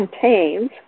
contains